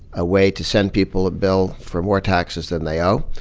a way to send people a bill for more taxes than they owe.